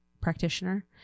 practitioner